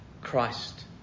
Christ